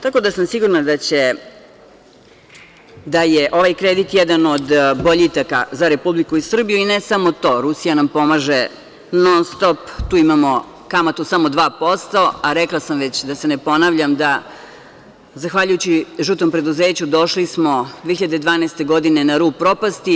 Tako da sam sigurna da je ovaj kredit jedan od boljitaka za Republiku Srbiju i ne samo to, Rusija nam pomaže non-stop, tu imamo kamatu samo 2%, a rekla sam već, da se ne ponavljam, da zahvaljujući žutom preduzeću došli smo, 2012. godine, na rub propasti.